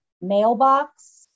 mailbox